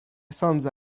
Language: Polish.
sądzę